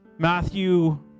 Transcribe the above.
Matthew